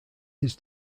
his